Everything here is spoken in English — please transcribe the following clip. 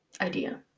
idea